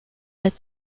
led